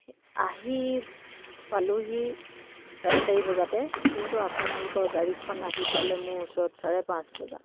আহি পালোঁহি চাৰে চাৰি বজাতে কিন্তু আপোনালোকৰ গাড়ীখন আহি পালে মোৰ ওচৰত চাৰে পাঁচ বজাত